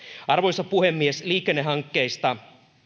arvoisa puhemies liikennehankkeista